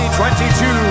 2022